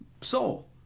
soul